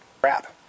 crap